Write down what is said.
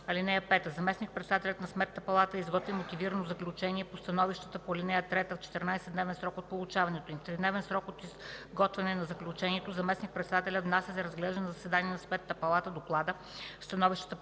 7 дни. (5) Заместник-председателят на Сметната палата изготвя мотивирано заключение по становищата по ал. 3 в 14-дневен срок от получаването им. В тридневен срок от изготвяне на заключението заместник-председателят внася за разглеждане на заседание на Сметната палата доклада, становищата по ал. 3,